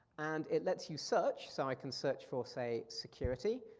and it lets you search, so i can search for say, security.